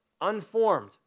unformed